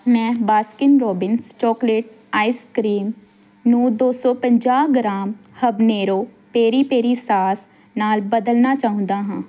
ਮੈਂ Baskin Robbins chocolate ice cream ਨੂੰ ਦੋ ਸੌ ਪੰਜਾਹ gram habanero peri peri sauce ਨਾਲ ਬਦਲਣਾ ਚਾਹੁੰਦਾ ਹਾਂ